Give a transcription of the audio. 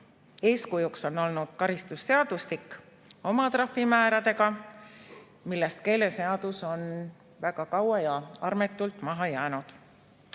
eeskujuks on olnud karistusseadustik oma trahvimääradega, millest keeleseadus on väga kaua ja armetult maha jäänud.